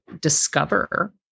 discover